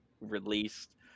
released